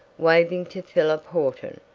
waving to philip horton,